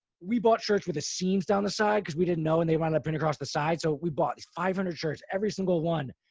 we bought shirts with the seams down the side. cause we didn't know. and they wound up print across the side. so we bought five hundred shirts. every single one,